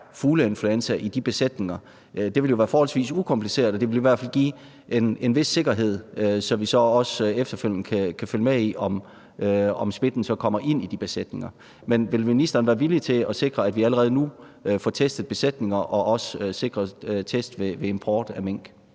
fugleinfluenza i de besætninger. Det vil jo være forholdsvis ukompliceret, og det vil i hvert fald give en vis sikkerhed, så vi også efterfølgende kan følge med i, om smitten så kommer ind i de besætninger. Vil ministeren være villig til at sikre, at vi allerede nu får testet besætninger, og også sikre, at der bliver testet ved import af mink?